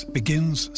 begins